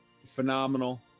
Phenomenal